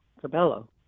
Cabello